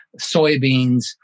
soybeans